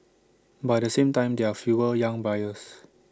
but at the same time there are fewer young buyers